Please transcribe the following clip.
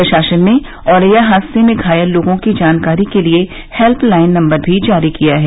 प्रशासन ने औरैया हादसे में घायल लोगों की जानकारी के लिए हेल्यलाइन नंबर भी जारी किये हैं